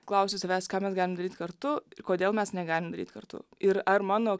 klausiu savęs ką mes galim daryt kartu ir kodėl mes negalim daryt kartu ir ar mano